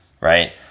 right